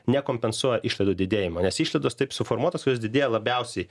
nekompensuoja išlaidų didėjimo nes išlaidos taip suformuotas jos didėja labiausiai